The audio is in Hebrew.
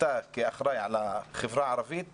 אתה כאחראי על החברה הערבית במשרד,